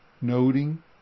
noting